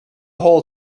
whole